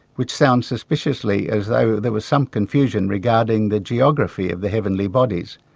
which sounds suspiciously as though there was some confusion regarding the geography of the heavenly bodies,